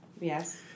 Yes